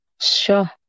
Sure